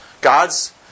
God's